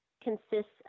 consists